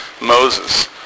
Moses